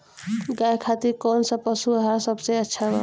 गाय खातिर कउन सा पशु आहार सबसे अच्छा बा?